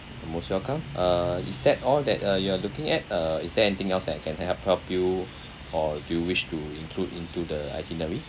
you're most welcome uh is that all that uh you are looking at uh is there anything else that I can help help you or you wish to include into the itinerary